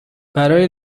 برای